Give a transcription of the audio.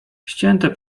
ścięte